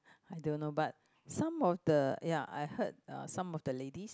I don't know but some of the ya I heard uh some of the ladies